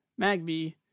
Magby